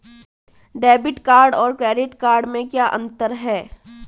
Debit card और credit card में क्या अंतर है?